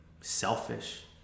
selfish